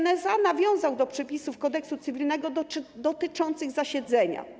NSA nawiązał do przepisów Kodeksu cywilnego dotyczących zasiedzenia.